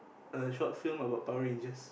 a short film about Power-Rangers